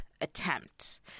attempt